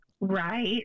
right